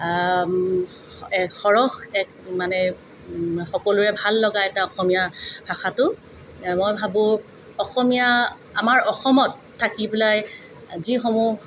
এক সৰস এক মানে সকলোৰে ভাললগা এটা অসমীয়া ভাষাটো মই ভাবোঁ অসমীয়া আমাৰ অসমত থাকি পেলাই যিসমূহ